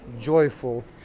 joyful